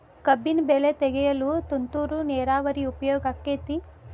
ಕಬ್ಬಿನ ಬೆಳೆ ತೆಗೆಯಲು ತುಂತುರು ನೇರಾವರಿ ಉಪಯೋಗ ಆಕ್ಕೆತ್ತಿ?